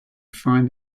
find